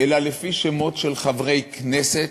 אלא לפי שמות של חברי כנסת,